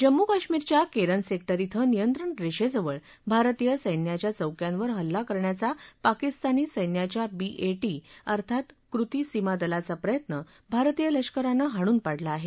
जम्मू काश्मीरच्या केरन सेक्टर इथं नियंत्रणरेषेजवळ भारतीय सैन्याच्या चौक्यावर हल्ला करण्याचा पाकिस्तानी सैन्याच्या बी ए टी अर्थात कृती सीमा दलाचा प्रयत्न भारतीय लष्करानं हाणून पाडला आहे